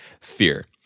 fear